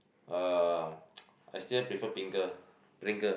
uh I still prefer pringle pringle